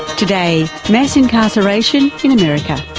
today, mass incarceration in america.